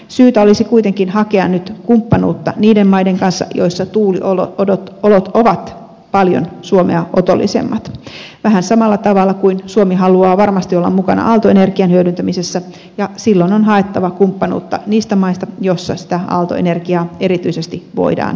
syytä olisi kuitenkin hakea nyt kumppanuutta niiden maiden kanssa joissa tuuliolot ovat paljon suomea otollisemmat vähän samalla tavalla kuin suomi haluaa varmasti olla mukana aaltoenergian hyödyntämisessä ja silloin on haettava kumppanuutta niistä maista joissa sitä aaltoenergiaa erityisesti voidaan hyödyntää